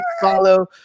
follow